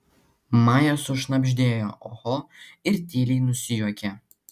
maja sušnabždėjo oho ir tyliai nusijuokė